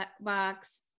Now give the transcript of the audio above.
box